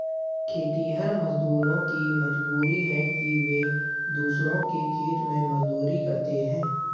खेतिहर मजदूरों की मजबूरी है कि वे दूसरों के खेत में मजदूरी करते हैं